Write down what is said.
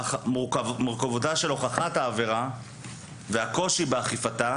אך מורכבותה של הוכחת העבירה והקושי באכיפתה